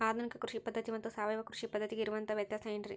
ಆಧುನಿಕ ಕೃಷಿ ಪದ್ಧತಿ ಮತ್ತು ಸಾವಯವ ಕೃಷಿ ಪದ್ಧತಿಗೆ ಇರುವಂತಂಹ ವ್ಯತ್ಯಾಸ ಏನ್ರಿ?